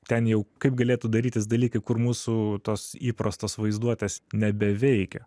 ten jau kaip galėtų darytis dalykai kur mūsų tos įprastos vaizduotės nebeveikia